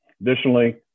Additionally